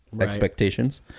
expectations